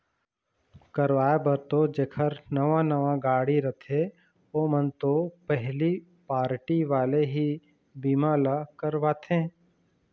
करवाय बर तो जेखर नवा नवा गाड़ी रथे ओमन तो पहिली पारटी वाले ही बीमा ल करवाथे